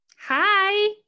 Hi